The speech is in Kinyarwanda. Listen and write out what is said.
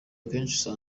akenshi